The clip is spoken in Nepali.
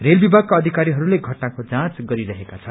रेल विभागका अधिकारीहरूले घटनाको जाँच गरिरहेका छन्